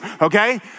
Okay